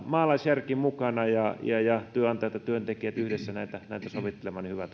maalaisjärki mukana ja ja työnantajat ja työntekijät yhdessä näitä sovittelemaan niin hyvä